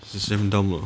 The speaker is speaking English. it's the same dumb lah